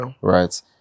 right